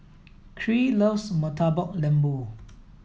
Kyree loves Murtabak Lembu